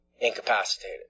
incapacitated